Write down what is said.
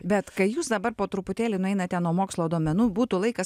bet kai jūs dabar po truputėlį nueinate nuo mokslo duomenų būtų laikas